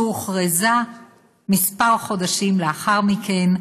שהוכרזה כמה חודשים לאחר מכן,